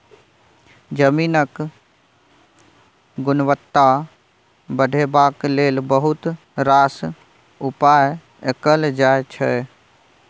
जमीनक गुणवत्ता बढ़ेबाक लेल बहुत रास उपाय कएल जाइ छै